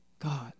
God